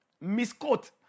misquote